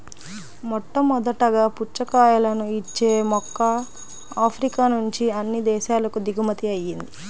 మొట్టమొదటగా పుచ్చకాయలను ఇచ్చే మొక్క ఆఫ్రికా నుంచి అన్ని దేశాలకు దిగుమతి అయ్యింది